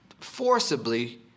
forcibly